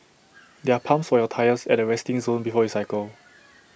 there are pumps for your tyres at the resting zone before you cycle